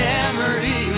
Memory